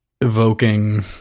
evoking